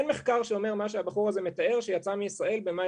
אין מחקר שאומר מה שהבחור הזה מתאר שיצא מישראל במאי